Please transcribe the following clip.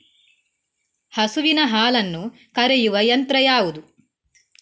ಹಸುವಿನ ಹಾಲನ್ನು ಕರೆಯುವ ಯಂತ್ರ ಯಾವುದು?